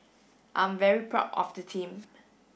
I'm very proud of the team